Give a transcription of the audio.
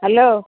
hello